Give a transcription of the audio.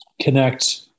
connect